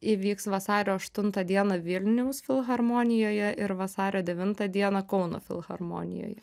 įvyks vasario aštuntą dieną vilniaus filharmonijoje ir vasario devintą dieną kauno filharmonijoj